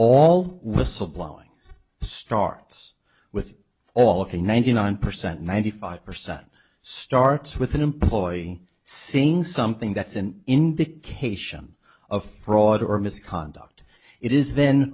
all whistle blowing starts with all of a ninety nine percent ninety five percent starts with an employee seeing something that's an indication of fraud or misconduct it is then